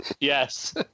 Yes